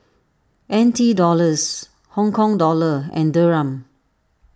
N T Dollars Hong Kong Dollar and Dirham